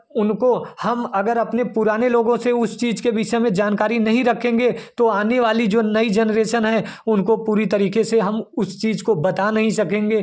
उनको हम अगर अपने पुराने लोगों से उस चीज़ के विषय में जानकारी नहीं रखेंगे तो आने वाली जो नई जनरेशन है उनको पूरी तरीके से हम उस चीज़ को बता नहीं सकेंगे